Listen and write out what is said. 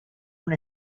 una